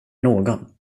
någon